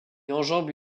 enjambe